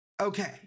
Okay